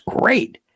great